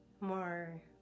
more